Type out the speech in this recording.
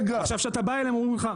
עכשיו שאתה בא אליהם הם אומרים לך,